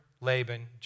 Laban